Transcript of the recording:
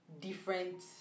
different